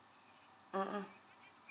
mmhmm